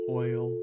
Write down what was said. oil